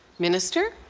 minister.